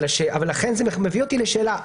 לכן זה מביא אותי לשאלה,